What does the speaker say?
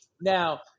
Now